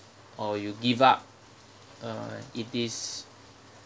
or you give up uh it is